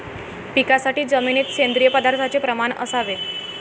पिकासाठी जमिनीत सेंद्रिय पदार्थाचे प्रमाण असावे